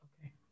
Okay